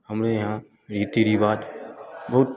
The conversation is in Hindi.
हमारे यहाँ रीति रिवाज बहुत